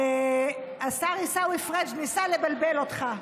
השר עיסאווי פריג' ניסה לבלבל אותך.